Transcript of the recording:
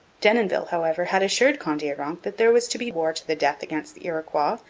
denonville, however, had assured kondiaronk that there was to be war to the death against the iroquois,